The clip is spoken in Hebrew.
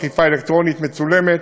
אכיפה אלקטרונית מצולמת.